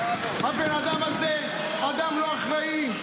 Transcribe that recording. הבן אדם הזה הוא אדם לא אחראי.